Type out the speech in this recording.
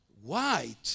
white